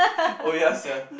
oh ya sia